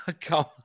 come